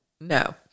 No